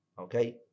Okay